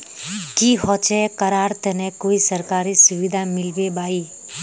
की होचे करार तने कोई सरकारी सुविधा मिलबे बाई?